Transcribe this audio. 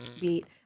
beat